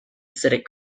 acidic